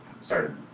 started